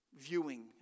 viewing